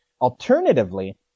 alternatively